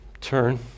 Turn